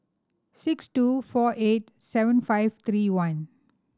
six two four eight seven five three one